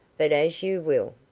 but as you will.